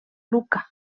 lucca